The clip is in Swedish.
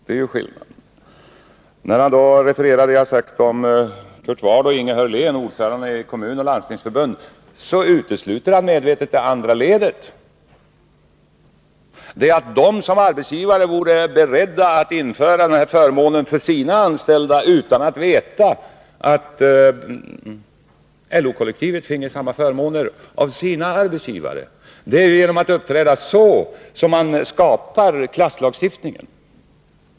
När Olof Palme refererar det jag sagt om Kurt Ward och Inge Hörlén, ordförandena i Landstingsoch Kommunförbunden, utesluter han medvetet det andra ledet, att de som arbetsgivare vore beredda att införa en förmån för sina anställda utan att veta att LO-kollektivet finge samma förmåner av sina arbetsgivare. Det är genom att uppträda så som man skapar klasslagstiftningen.